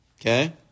okay